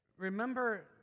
Remember